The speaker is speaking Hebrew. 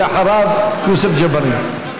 אחריו, יוסף ג'בארין.